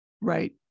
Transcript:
Right